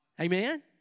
Amen